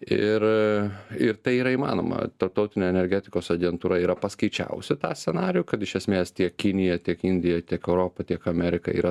ir ir tai yra įmanoma tarptautinė energetikos agentūra yra paskaičiavusi tą scenarijų kad iš esmės tiek kinija tiek indija tiek europa tiek amerika yra